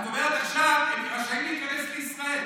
את אומרת עכשיו: הם רשאים להיכנס לישראל.